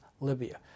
Libya